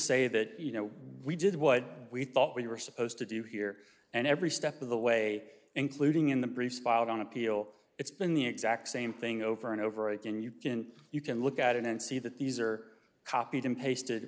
say that you know we did what we thought we were supposed to do here and every step of the way including in the briefs filed on appeal it's been the exact same thing over and over again you can you can look at it and see that these are copied and pasted